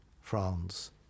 France